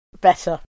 Better